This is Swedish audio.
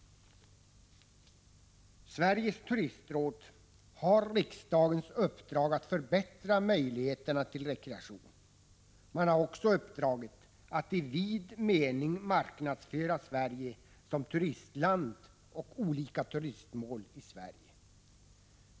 Sveriges turistråd har riksdagens uppdrag att förbättra möjligheterna till rekreation. Man har också uppdraget att i vid mening marknadsföra Sverige som turistland och olika turistmål i Sverige.